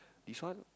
this one